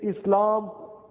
Islam